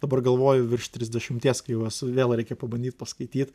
dabar galvoju virš trisdešimties kai jau esu vėl reikia pabandyt paskaityt